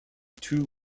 two